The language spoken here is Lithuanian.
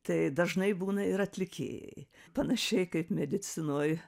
tai dažnai būna ir atlikėjai panašiai kaip medicinoj